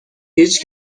هیچ